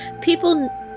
people